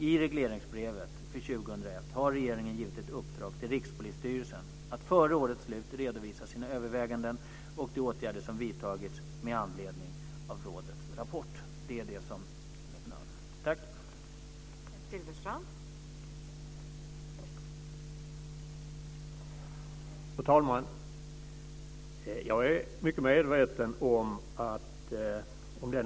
I regleringsbrevet för 2001 har regeringen givit ett uppdrag till Rikspolisstyrelsen att innan årets slut redovisa sina överväganden och de åtgärder som vidtagits med anledning av rådets rapport. Det är det som händer.